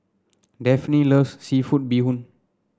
Daphne loves seafood Bee Hoon